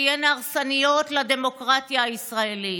תהיינה הרסניות לדמוקרטיה הישראלית.